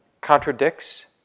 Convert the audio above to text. contradicts